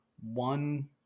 one